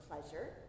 pleasure